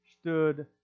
stood